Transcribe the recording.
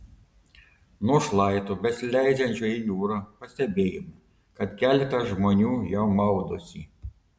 nuo šlaito besileidžiančio į jūrą pastebėjome kad keletas žmonių jau maudosi